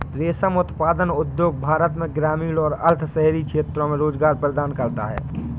रेशम उत्पादन उद्योग भारत में ग्रामीण और अर्ध शहरी क्षेत्रों में रोजगार प्रदान करता है